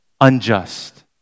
unjust